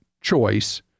choice